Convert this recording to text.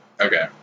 Okay